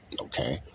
okay